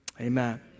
Amen